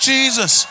Jesus